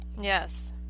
yes